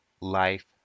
life